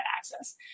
access